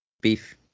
beef